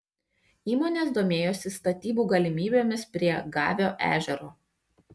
įmonės domėjosi statybų galimybėmis prie gavio ežero